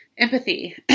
Empathy